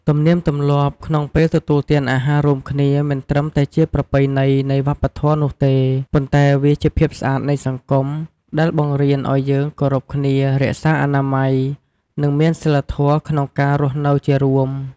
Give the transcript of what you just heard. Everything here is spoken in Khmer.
ទំនៀមទម្លាប់ក្នុងពេលទទួលទានអាហាររួមគ្នាមិនត្រឹមតែជាប្រពៃណីនៃវប្បធម៌នោះទេ ប៉ុន្តែវាជាភាពស្អាតនៃសង្គម ដែលបង្រៀនអោយយើងគោរពគ្នា រក្សាអនាម័យ និងមានសីលធម៌ក្នុងការរស់នៅជារួម។